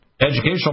Educational